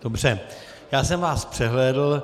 Dobře, já jsem vás přehlédl.